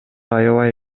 аябай